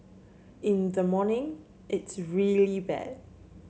in the morning it's really bad